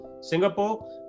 singapore